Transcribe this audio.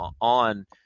on